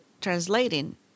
translating